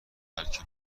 بلکه